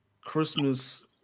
Christmas